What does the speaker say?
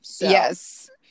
Yes